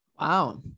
Wow